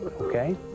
Okay